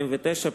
התשס”ט 2009,